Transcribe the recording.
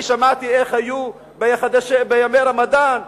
אני שמעתי איך היו בימי רמדאן,